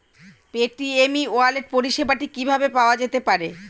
Paytm e wallet পরিষেবাটি কিভাবে পাওয়া যেতে পারে?